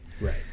Right